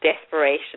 desperation